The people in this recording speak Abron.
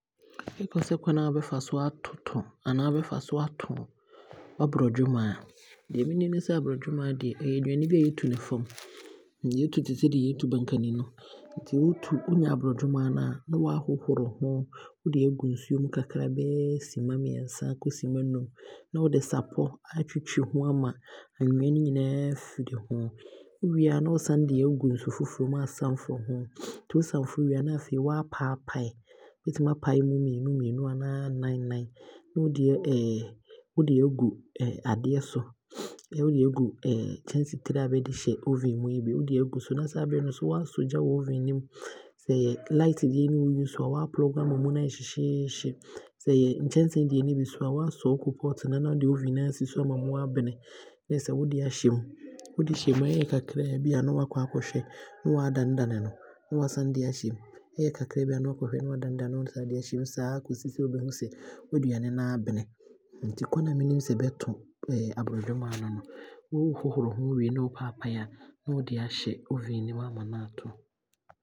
Bɛkasɛ kwane a wobɛfa so ato anaa atoto w'abrɔdwomaa a, deɛ menim ne sɛ abrɔdwomaa deɛ ɛyɛ aduane bi a yɛtu no fam, yɛ tu no te sɛ deɛ yɛɛtu mankani wɔ fam no, nti wotu, wonya abrɔdwomaa no a na waahohoro ho na wode aagu nsuom kakra bɛyɛɛ sima mmiɛnsa ɛbɛkɔ sima num ,na wode sapɔ aatwitwi ho ama anweaa no nyinaa afiri ho, wo wie a na wosan de aagu nsuo foforɔ mu na waasanforo ho, nti wo sanforo wie a na waapaepae, wobɛtumi apae pae mu mmienu mmienu anaa nan nan, na wode wode aagu adeɛ so ne wode aagu kyɛnsee tire deɛ bɛde hyɛ oven mu no bi, na wode aagu so na saa bere no nso na waasɔ wo oven no, sɛ ɛyɛ light deɛ no bi nso a na waa plug ama mu aayɛ hyehyeehye, sɛ ɛyɛ nkyɛnsee deɛ no bi nso a, waasɔ wo coalpot no na wode wo oven no aasi so ama mu abene, na ɛsɛ wode aahyɛ me, wode hyɛ mu na ɛyɛ kakra bi a, na waakɔhwɛ, ne waadane dane no ne wosan de ahyɛ mu. Ɛyɛ kakra bi a, na waakɔhwɛ na waadane dane no, na waasane de aahyɛ mu, saa kɔsi sɛ wobɛhunu sɛ waaduane no aabene. Nti kwane a menim sɛ bɛto abrɔdwomaa no no. Wohohoro wie ne wopae pae a na wode aahyɛ oven no mu aama no aato.